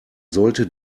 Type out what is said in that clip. sollte